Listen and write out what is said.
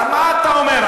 מה אתה אומר?